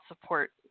support